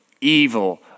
evil